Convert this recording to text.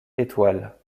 étoiles